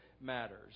matters